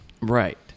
Right